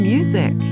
Music